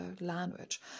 language